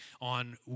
on